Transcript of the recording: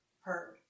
heard